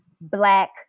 black